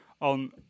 on